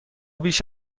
بیش